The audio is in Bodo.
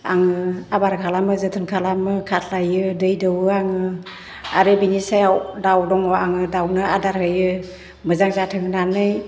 आङो आबार खालामो जोथोन खालामो खास्लायो दै दौवो आङो आरो बेनि सायाव दाउ दङ आङो दाउनो आदार होयो मोजां जाथों होन्नानै